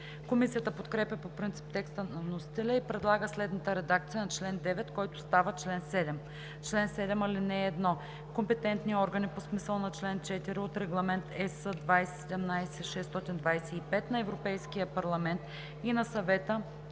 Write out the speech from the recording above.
Комисията подкрепя по принцип текста на вносителя и предлага следната редакция на чл. 9, който става чл. 7: Чл. 7. (1) Компетентни органи по смисъла на чл. 4 от Регламент (ЕС) 2017/625 на Европейския парламент и на Съвета